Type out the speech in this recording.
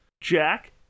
Jack